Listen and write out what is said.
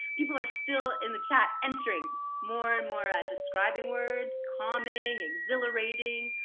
people are still in the chat entering more and more describing words calming, exhilarating,